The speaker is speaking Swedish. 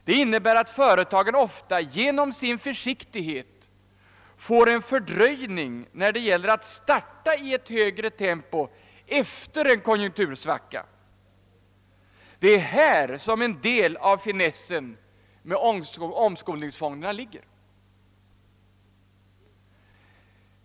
Det innebär att företagens möjligheter att efter en konjunktursvacka snabbt komma upp i ett högre tempo försämras. Det är här som en del av finessen med omskolningsfonderna ligger.